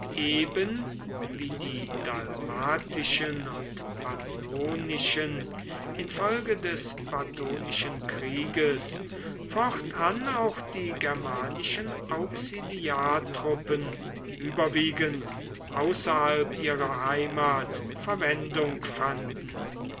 eben wie die dalmatischen und pannonischen infolge des batonischen krieges fortan auch die germanischen auxiliartruppen überwiegend außerhalb ihrer heimat verwendung fanden